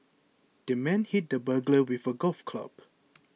the man hit the burglar with a golf club